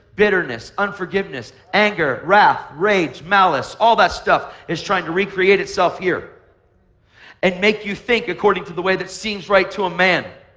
bitterness, unforgiveness, anger, wrath, rage, malice. all that stuff is trying to recreate itself here and make you think according to the way that seems right to a man.